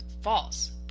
False